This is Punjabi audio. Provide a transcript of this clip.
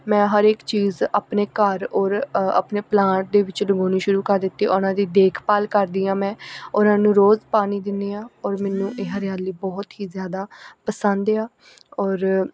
ਮੈਂ ਹਰ ਇੱਕ ਚੀਜ਼ ਆਪਣੇ ਘਰ ਔਰ ਆਪਣੇ ਪਲਾਂਟ ਦੇ ਵਿੱਚ ਲਵਾਉਣੀ ਸ਼ੁਰੂ ਕਰ ਦਿੱਤੀ ਉਹਨਾਂ ਦੀ ਦੇਖਭਾਲ ਕਰਦੀ ਹਾਂ ਮੈਂ ਉਹਨਾਂ ਨੂੰ ਰੋਜ਼ ਪਾਣੀ ਦਿੰਦੀ ਹਾਂ ਔਰ ਮੈਨੂੰ ਇਹ ਹਰਿਆਲੀ ਬਹੁਤ ਹੀ ਜ਼ਿਆਦਾ ਪਸੰਦ ਆ ਔਰ